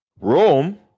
Rome